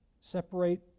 separate